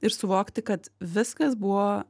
ir suvokti kad viskas buvo